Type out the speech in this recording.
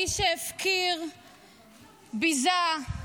האיש שהפקיר, ביזה,